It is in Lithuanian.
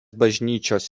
bažnyčios